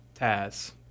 Taz